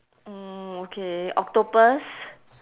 uh okay octopus